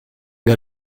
got